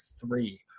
three